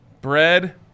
bread